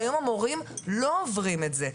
אבל היום המורים לא עוברים את זה.